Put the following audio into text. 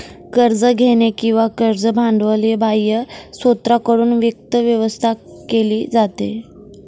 कर्ज घेणे किंवा कर्ज भांडवल हे बाह्य स्त्रोतांकडून वित्त व्यवस्था केली जाते